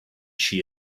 she